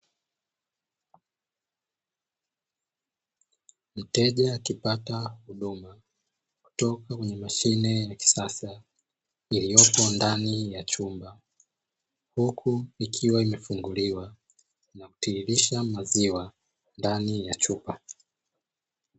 Mteja akipata huduma kutoka kwenye Mashine ya kisasa iliyoko ndani ya chumba, huku ikiwa imefunguliwa na kutiririsha maziwa ndani ya chupa.